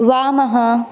वामः